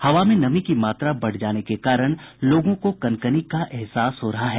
हवा में नमी की मात्रा बढ़ जाने के कारण लोगों को कनकनी का एहसास हो रहा है